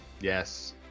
Yes